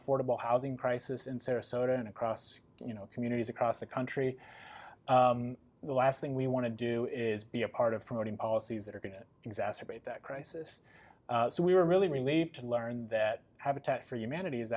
affordable housing crisis in sarasota and across you know communities across the country the last thing we want to do is be a part of promoting policies that are going to exacerbate that crisis so we were really relieved to learn that habitat for humanity